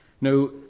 Now